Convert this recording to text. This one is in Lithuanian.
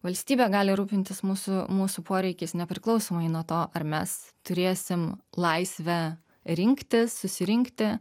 valstybė gali rūpintis mūsų mūsų poreikiais nepriklausomai nuo to ar mes turėsim laisvę rinkti susirinkti